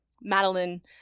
Madeline